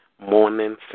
morning